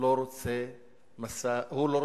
לא רוצה שלום,